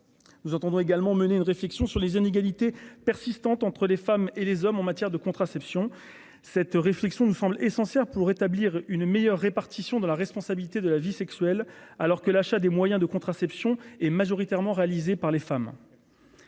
nous entendrons également mener une réflexion sur les inégalités persistantes entre les femmes et les hommes en matière de contraception cette réflexion ne semble essentiel pour établir une meilleure répartition de la responsabilité de la vie sexuelle, alors que l'achat des moyens de contraception est majoritairement réalisés par les femmes.